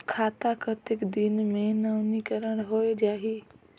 खाता कतेक दिन मे नवीनीकरण होए जाहि??